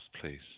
please